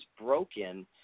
broken